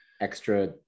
extra